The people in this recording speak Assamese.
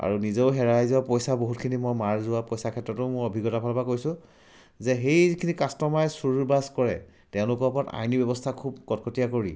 আৰু নিজেও হেৰাই যোৱা পইচা বহুতখিনি মই মাৰ যোৱা পইচাৰ ক্ষেত্ৰতো মোৰ অভিজ্ঞতাৰ ফালৰপৰা কৈছোঁ যে সেইখিনি কাষ্টমাৰে চুৰবাজ কৰে তেওঁলোকৰ ওপৰত আইনি ব্যৱস্থা খুব কটকটিয়া কৰি